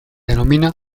denomina